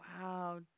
Wow